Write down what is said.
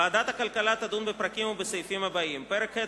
ועדת הכלכלה תדון בפרקים ובסעיפים הבאים: פרק ח',